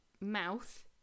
Mouth